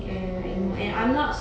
mm mm mm